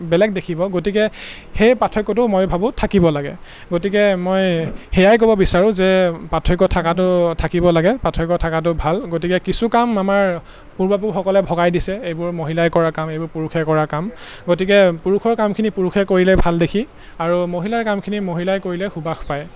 বেলেগ দেখিব গতিকে সেই পাৰ্থক্যটো মই ভাবোঁ থাকিব লাগে গতিকে মই সেয়াই ক'ব বিচাৰোঁ যে পাৰ্থক্য থকাটো থাকিব লাগে পাৰ্থক্য থকাটো ভাল গতিকে কিছু কাম আমাৰ পূৰ্বপুৰুষসকলে ভগাই দিছে এইবোৰ মহিলাই কৰা কাম এইবোৰ পুৰুষে কৰা কাম গতিকে পুৰুষৰ কামখিনি পুৰুষে কৰিলে ভাল দেখি আৰু মহিলাৰ কামখিনি মহিলাই কৰিলে সুবাস পায়